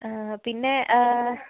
പിന്നെ